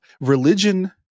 Religion